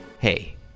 Hey